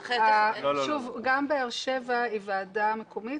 גם באר שבע היא ועדה מקומית,